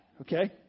okay